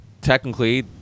technically